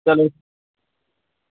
चलो